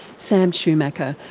sam schumacher,